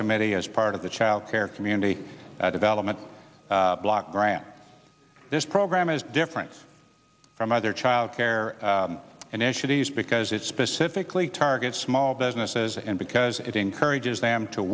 committee as part of the child care community development block grant this program is different from other child care initiatives because it specifically targets small businesses and because it encourages them to